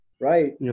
right